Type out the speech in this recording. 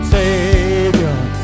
Savior